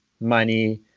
money